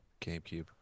GameCube